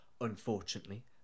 Unfortunately